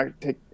take